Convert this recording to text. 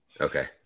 okay